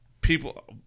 people